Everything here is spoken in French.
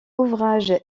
ouvrages